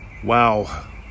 Wow